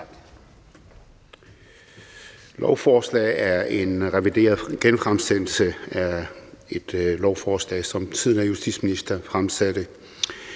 Lovforslaget er en revideret genfremsættelse af et lovforslag, som den tidligere justitsminister fremsatte